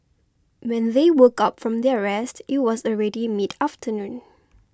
when they woke up from their rest it was already mid afternoon